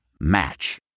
Match